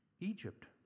Egypt